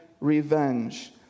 revenge